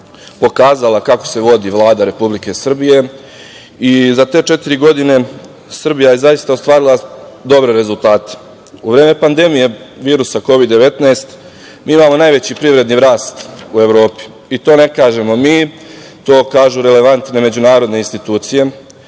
pokazala kako se vodi Vlada Republike Srbije. Za te četiri godine Srbija je zaista ostvarila dobre rezultate.U vreme pandemije virusa Kovid-19 mi imamo najveći privredni rast u Evropi. I to ne kažemo mi, to kažu relevantne međunarodne institucije.